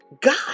God